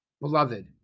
beloved